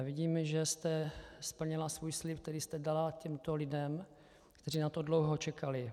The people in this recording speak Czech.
Vidím, že jste splnila svůj slib, který jste dala těmto lidem, kteří na to dlouho čekali.